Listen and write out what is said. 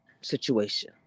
situation